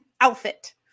outfit